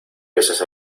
veces